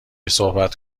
صحبت